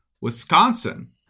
Wisconsin